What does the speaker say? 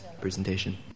presentation